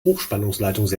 hochspannungsleitungen